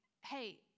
hey